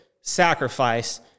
sacrifice